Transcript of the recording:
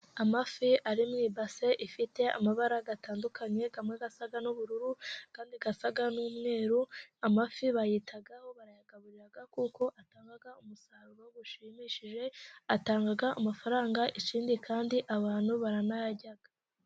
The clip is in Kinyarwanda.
Amafi ari mu ibase ifite amabara atandukanye, amwe asa n'ubururu, andi asa n'umweru. Amafi bayitaho barayagaburira kuko atanga umusaruro ushimishije, atanga amafaranga ,ikindi kandi abantu baranayarya.